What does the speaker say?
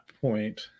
point